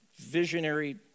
visionary